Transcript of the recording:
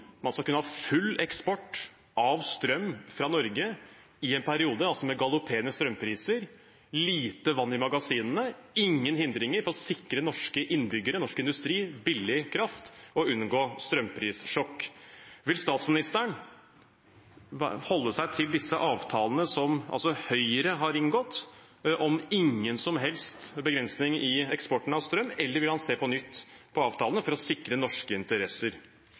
kunne ha full eksport av strøm fra Norge i en periode med galopperende strømpriser, lite vann i magasinene og ingen hindringer for å sikre norske innbyggere og norsk industri billig kraft og unngå strømprissjokk. Vil statsministeren holde seg til disse avtalene som Høyre har inngått, om ingen som helst begrensning i eksporten av strøm, eller vil han se på avtalene på nytt for å sikre norske interesser?